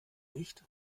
nicht